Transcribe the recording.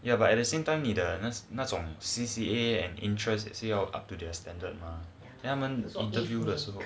ya but at the same time 你的那种 C_C_A and interest or up to their standard or give you this would